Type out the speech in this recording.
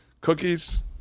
cookies